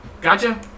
Gotcha